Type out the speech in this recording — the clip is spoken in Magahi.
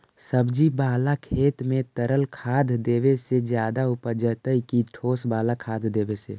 सब्जी बाला खेत में तरल खाद देवे से ज्यादा उपजतै कि ठोस वाला खाद देवे से?